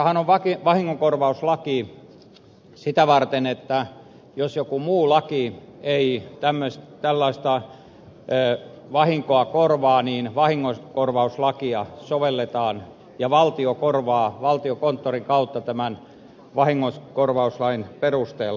suomessahan on vahingonkorvauslaki sitä varten että jos joku muu laki ei tällaista vahinkoa korvaa niin vahingonkorvauslakia sovelletaan ja valtio korvaa vahingon valtiokonttorin kautta tämän vahingonkorvauslain perusteella